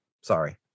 sorry